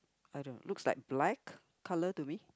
I don't looks like black colour to me